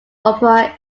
opera